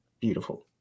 beautiful